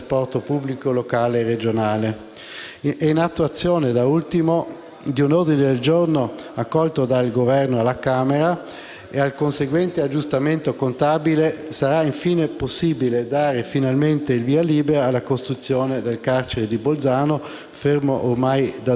e al conseguente aggiustamento contabile, sarà infine possibile dare finalmente il via alla costruzione del carcere di Bolzano, bloccato ormai da due anni per un intoppo burocratico, fermo restando che questa infrastruttura statale verrà finanziata con